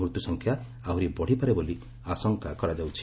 ମୃତ୍ୟୁ ସଂଖ୍ୟା ଆହୁରି ବଢ଼ିପାରେ ବୋଲି ଆଶଙ୍କା କରାଯାଉଛି